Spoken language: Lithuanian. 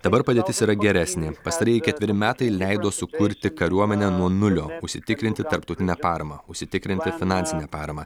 dabar padėtis yra geresnė pastarieji ketveri metai leido sukurti kariuomenę nuo nulio užsitikrinti tarptautinę paramą užsitikrinti finansinę paramą